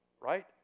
right